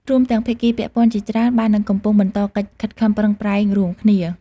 រួមទាំងភាគីពាក់ព័ន្ធជាច្រើនបាននិងកំពុងបន្តកិច្ចខិតខំប្រឹងប្រែងរួមគ្នា។